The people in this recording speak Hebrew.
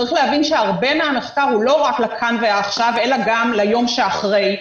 צריך להבין שהרבה מהמחקר הוא לא רק לכאן ועכשיו אלא גם ליום שאחרי.